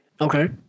Okay